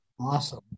awesome